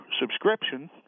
subscription